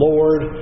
Lord